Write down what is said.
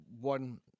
one